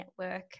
network